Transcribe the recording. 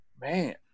man